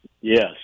Yes